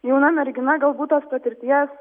jauna mergina galbūt tos patirties